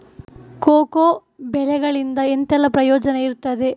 Cocoa ಬೆಳೆಗಳಿಂದ ಎಂತೆಲ್ಲ ಪ್ರಯೋಜನ ಇರ್ತದೆ?